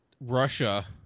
Russia